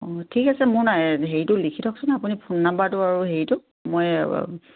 অঁ ঠিক আছে মোৰ নাই হেৰিটো লিখি থওক চোন আপুনি ফোন নাম্বাৰটো আৰু হেৰিটো মই